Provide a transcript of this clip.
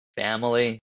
family